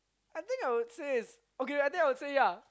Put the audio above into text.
I think I would say its okay I think I would say yea